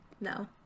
No